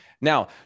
Now